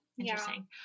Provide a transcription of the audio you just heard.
Interesting